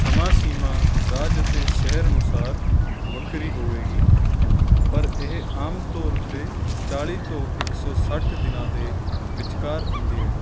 ਸਮਾਂ ਸੀਮਾ ਰਾਜ ਅਤੇ ਸ਼ਹਿਰ ਅਨੁਸਾਰ ਵੱਖਰੀ ਹੋਵੇਗੀ ਪਰ ਇਹ ਆਮ ਤੌਰ ਉੱਤੇ ਚਾਲੀ ਤੋਂ ਇੱਕ ਸੌ ਸੱਠ ਦਿਨਾਂ ਦੇ ਵਿਚਕਾਰ ਹੁੰਦੀ ਹੈ